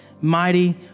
mighty